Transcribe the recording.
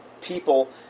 people